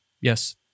Yes